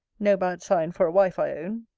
no bad sign for a wife, i own.